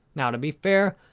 now, to be fair,